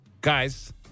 Guys